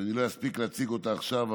שאני לא אספיק להציג אותה עכשיו,